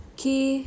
key